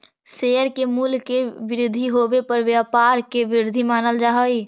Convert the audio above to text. share के मूल्य के वृद्धि होवे पर व्यापार के वृद्धि मानल जा हइ